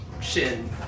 shin